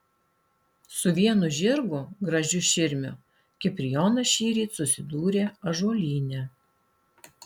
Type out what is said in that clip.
su vienu žirgu gražiu širmiu kiprijonas šįryt susidūrė ąžuolyne